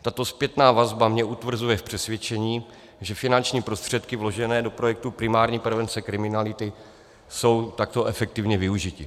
Tato zpětná vazba mě utvrzuje v přesvědčení, že finanční prostředky vložené do projektu primární prevence kriminality jsou takto efektivně využity.